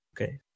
okay